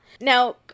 now